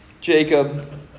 Jacob